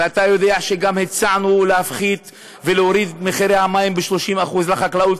ואתה יודע שגם הצענו להפחית ולהוריד את מחירי המים ב-30% לחקלאות,